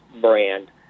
brand